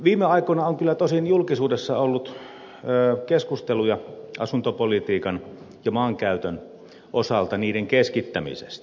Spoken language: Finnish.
viime aikoina on kyllä tosin julkisuudessa ollut keskusteluja asuntopolitiikan ja maankäytön osalta niiden keskittämisestä